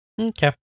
Okay